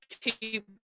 keep